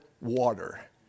water